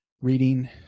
reading